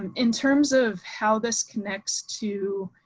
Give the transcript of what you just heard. and in terms of how this connects to